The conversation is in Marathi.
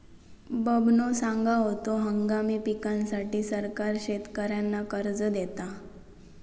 बबनो सांगा होतो, हंगामी पिकांसाठी सरकार शेतकऱ्यांना कर्ज देता